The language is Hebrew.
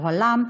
יוהל"ם,